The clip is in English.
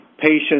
patients